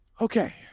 Okay